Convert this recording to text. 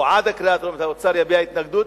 או עד הקריאה הטרומית האוצר יביע התנגדות,